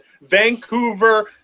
Vancouver